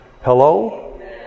Hello